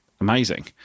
amazing